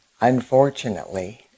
Unfortunately